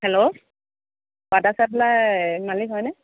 hello water supply মালিক হয়নে